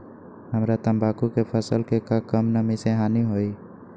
हमरा तंबाकू के फसल के का कम नमी से हानि होई?